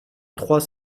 trois